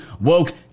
woke